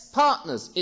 partners